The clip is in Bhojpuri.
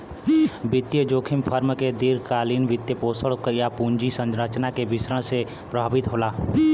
वित्तीय जोखिम फर्म के दीर्घकालिक वित्तपोषण, या पूंजी संरचना के मिश्रण से प्रभावित होला